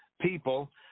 people